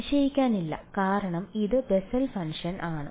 അതിശയിക്കാനില്ല കാരണം ഇത് ബെസ്സൽ ഫംഗ്ഷൻ ആണ്